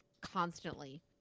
constantly